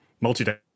multi-day